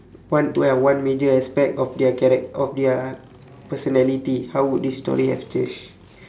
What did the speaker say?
one ya one major aspect of their charac~ of their personality how would this story have changed